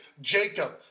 Jacob